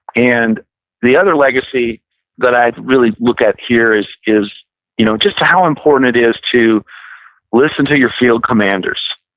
and the other legacy that i really look at here is is you know just to how important it is to listen to your field commanders.